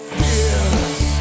fears